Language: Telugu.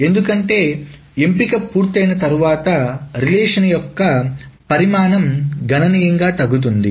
ఎందుకంటే ఎంపిక పూర్తయిన తర్వాత రిలేషన్ యొక్క పరిమాణం గణనీయంగా తగ్గుతుంది